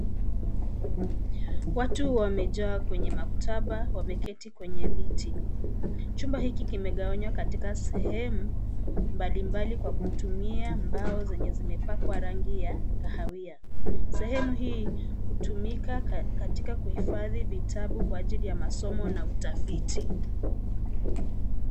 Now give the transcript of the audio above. Watu wamejaa kwenye maktaba ,wameketi kwenye viti. Chumba hiki kimegawanywa katika sehemu mbali mbali kwa kitumia mbao ambazo zimepakwa rangi ya kahawia. sehemu hii hutumika katika kuhifadhi vitabu kwa ajili ya masomo na utafiti.